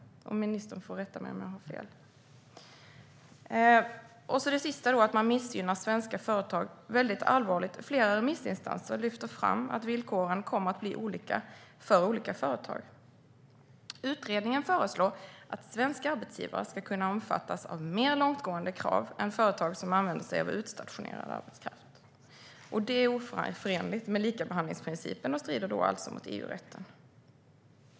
Ministern får rätta mig om jag har fel. Slutligen handlar det om att svenska företag missgynnas. Det är allvarligt. Flera remissinstanser lyfter fram att villkoren kommer att bli olika för olika företag. Utredningen föreslår att svenska arbetsgivare ska kunna omfattas av mer långtgående krav än företag som använder sig av utstationerad arbetskraft. Det är oförenligt med likabehandlingsprincipen och strider alltså mot EU-rätten.